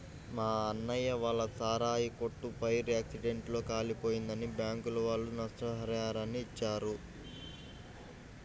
మా అన్నయ్య వాళ్ళ సారాయి కొట్టు ఫైర్ యాక్సిడెంట్ లో కాలిపోయిందని బ్యాంకుల వాళ్ళు నష్టపరిహారాన్ని ఇచ్చారు